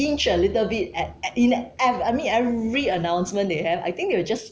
inch a little bit at at in at I mean every announcement they have I think they will just